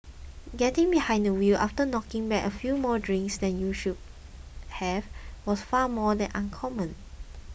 getting behind the wheel after knocking back a few more drinks than you should have was far from uncommon